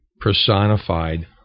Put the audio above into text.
personified